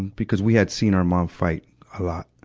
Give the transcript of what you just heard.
because we had seen our mom fight a lot.